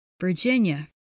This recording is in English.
Virginia